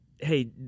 hey